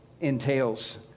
entails